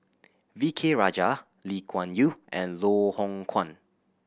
V K Rajah Lee Kuan Yew and Loh Hoong Kwan